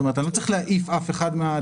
אני לא צריך להעיף מישהו מהדירות.